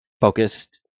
focused